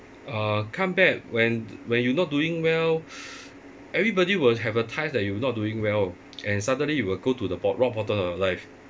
uh comeback when when you not doing well everybody will have a that you not doing well and suddenly you will go to the bo~ rock bottom of life